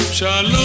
Shalom